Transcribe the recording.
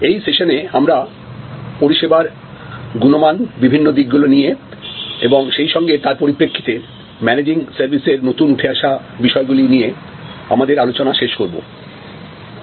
এই সেশনে আমরা পরিষেবার গুণমান বিভিন্ন দিক গুলো নিয়ে এবং সেই সঙ্গে তার পরিপ্রেক্ষিতে ম্যানেজিং সার্ভিসেস এর নতুন উঠে আসা বিষয়গুলো নিয়ে আমাদের আলোচনা শেষ করব